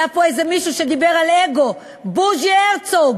היה פה איזה מישהו שדיבר על אגו, בוז'י הרצוג.